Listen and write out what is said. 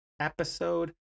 episode